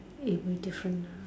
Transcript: it be different lah